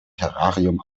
terrarium